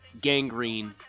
gangrene